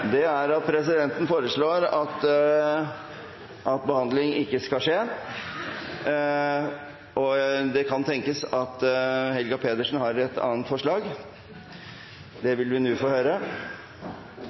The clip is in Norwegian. presidenten at behandling ikke skal skje. – Det kan tenkes at Helga Pedersen har et annet forslag. Jeg har lyttet veldig nøye. Arbeiderpartiet stemte for dette forslaget da det